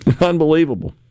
Unbelievable